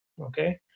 okay